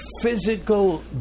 physical